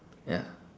ya